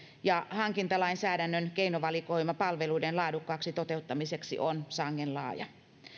ja hankintalainsäädännön keinovalikoima palveluiden laadukkaaksi toteuttamiseksi on sangen laaja